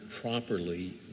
properly